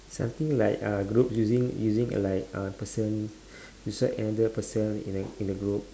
something like uh groups using using like a person describe another person in the in the group